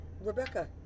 Rebecca